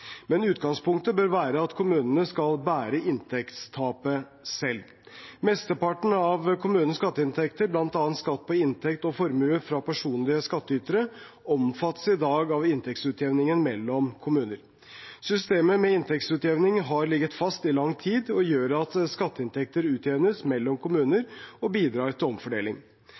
Men utgangspunktet bør være at kommunene skal bære inntektstapet selv. Mesteparten av kommunens skatteinntekter, bl.a. skatt på inntekt og formue fra personlige skattytere, omfattes i dag av inntektsutjevningen mellom kommuner. Systemet med inntektsutjevning har ligget fast i lang tid og gjør at skatteinntekter utjevnes mellom kommuner og bidrar til omfordeling.